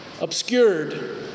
obscured